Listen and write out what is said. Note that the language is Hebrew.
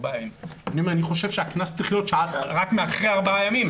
אני חושב שהקנס צריך להיות רק אחרי ארבעה ימים,